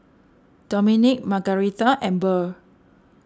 Domenic Margaretha and Burr